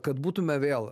kad būtume vėl